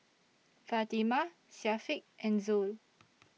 Fatimah Syafiq and Zul